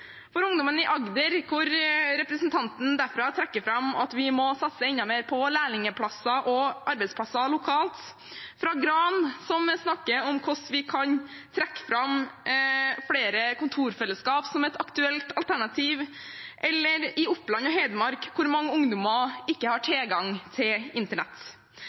Agder, hvor representanten derfra trekker fram at vi må satse enda mer på lærlingplasser og arbeidsplasser lokalt, fra Gran, om hvordan vi kan trekke fram flere kontorfellesskap som et aktuelt alternativ, eller fra Oppland og Hedmark, hvor mange ungdommer ikke har tilgang til internett.